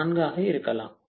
04 ஆக இருக்கலாம்